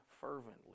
fervently